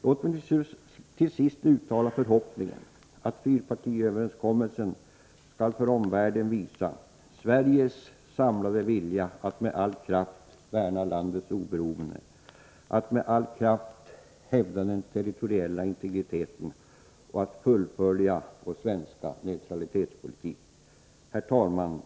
Låt mig till sist uttala förhoppningen att fyrpartiöverenskommelsen skall för omvärlden visa Sveriges samlade vilja att med kraft värna landets oberoende, att med all kraft hävda den territoriella integriteten och att fullfölja vår svenska neutralitetspolitik. Herr talman!